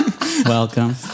Welcome